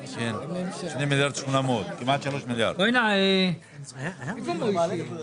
בקרה של רואי חשבון.